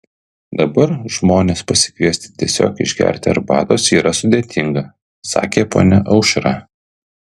dabar žmones pasikviesti tiesiog išgerti arbatos yra sudėtinga sakė ponia aušra